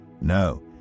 No